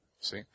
See